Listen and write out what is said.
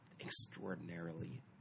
extraordinarily